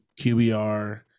QBR